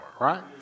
right